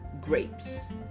grapes